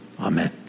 Amen